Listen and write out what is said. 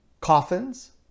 Coffins